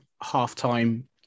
half-time